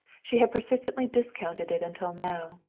she had persistently discounted it until now.